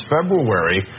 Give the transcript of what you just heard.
February